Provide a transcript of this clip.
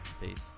Peace